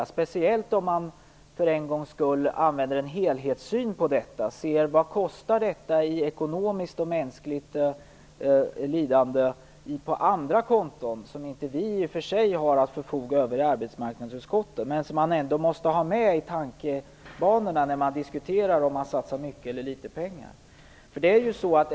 Det gäller speciellt om man för en gångs skull har en helhetssyn på detta och ser till vad detta kostar ekonomiskt och i mänskligt lidande på andra konton som vi i arbetsmarknadsutskottet i och för sig inte förfogar över men som ändå måste finnas med i tankebanorna i diskussionen om det satsas mycket eller litet pengar.